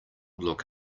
look